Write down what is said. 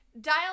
Dial